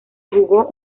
jugó